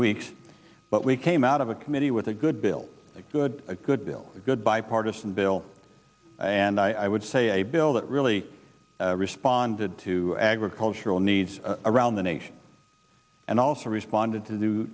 weeks but we came out of a committee with a good bill a good good bill a good bipartisan bill and i would say a bill that really responded to agricultural needs around the nation and also responded to d